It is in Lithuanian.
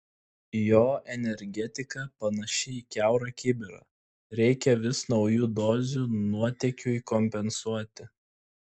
jo energetika panaši į kiaurą kibirą reikia vis naujų dozių nuotėkiui kompensuoti